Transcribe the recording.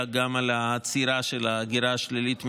גם על העצירה של ההגירה השלילית מהעיר,